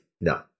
No